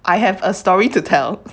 I have a story to tell